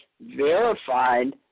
verified